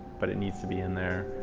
but it needs to be in there.